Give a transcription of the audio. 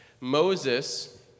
Moses